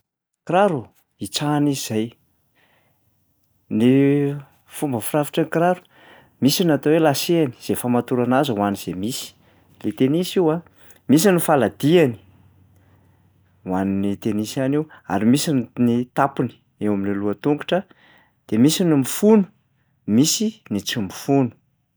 Kiraro? Itsahina izy zay. Ny fomba firafitry ny kiraro: misy ny atao hoe lacet-ny zay famatorana azy ho an'zay misy, le tenisy io a, misy ny faladihany ho an'ny tenisy ihany io ary misy ny tampony eo am'le lohatongotra, de misy ny mifono, misy ny tsy mifono.